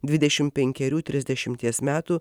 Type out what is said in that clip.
dvidešimt penkerių trisdešimties metų